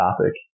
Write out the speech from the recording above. topic